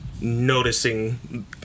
noticing